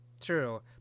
True